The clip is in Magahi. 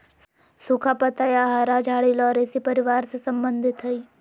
सुखा पत्ता या हरा झाड़ी लॉरेशी परिवार से संबंधित हइ